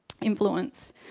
influence